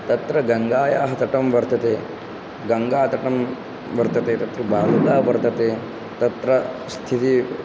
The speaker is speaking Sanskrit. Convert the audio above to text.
तत्र गङ्गायाः तटं वर्तते गङ्गातटं वर्तते तत्र वालुका वर्तते तत्र स्थितिः